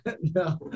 No